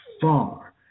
far